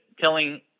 telling